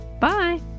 Bye